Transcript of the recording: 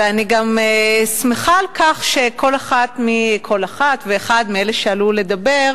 אני גם שמחה שכל אחת ואחד מאלו שעלו לדבר